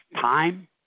time